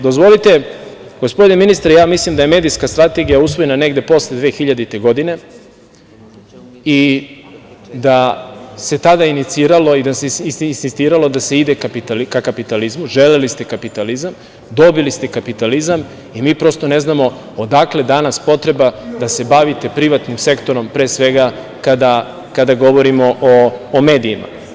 Dozvolite, gospodine ministre, ja mislim da je medijska strategija usvojena negde posle 2000. godine, i da se tada inicirali i da se insistiralo da se ide ka kapitalizmu, želeli ste kapitalizam, dobili ste kapitalizam i mi prosto ne znamo odakle danas potreba da se bavite privatnim sektorom, pre svega kada govorimo o medijima.